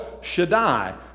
Shaddai